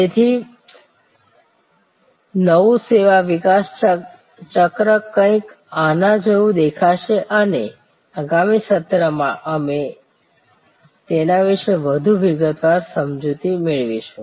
તેથી નવું સેવા વિકાસ ચક્ર કંઈક આના જેવું દેખાશે અમે આગામી સત્રમાં તેના વિશે વધુ વિગતવાર સમજૂતી મેળવીશું